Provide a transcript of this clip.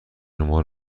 شما